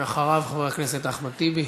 חבר הכנסת ג'מאל זחאלקה,